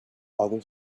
other